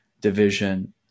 division